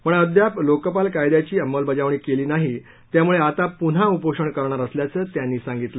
पण अद्याप लोकपाल कायद्याची अमलबजावणी केली नाही त्यामुळे आता पुन्हा उपोषण करणार असल्याचं त्यांनी सांगितलं